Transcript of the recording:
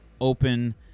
open